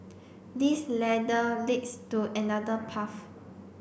this ladder leads to another path